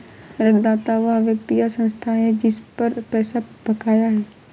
ऋणदाता वह व्यक्ति या संस्था है जिस पर पैसा बकाया है